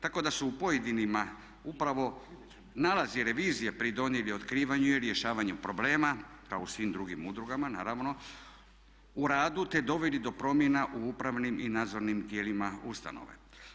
Tako da su u pojedinima upravo nalazi revizije pridonijeli otkrivanju i rješavanju problema kao u svim drugim udrugama naravno u radu, te doveli do promjena u upravnim i nadzornim tijelima ustanove.